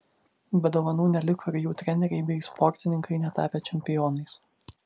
be dovanų neliko ir jų treneriai bei sportininkai netapę čempionais